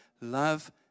Love